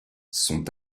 sont